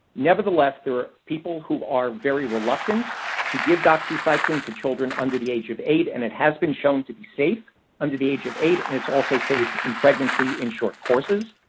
nevertheless, there are people who are very reluctant to give doxycycline to children under the age of eight. and it has been shown to be safe under the age of eight, and it's also safe in pregnancy in short courses.